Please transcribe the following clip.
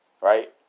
right